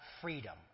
freedom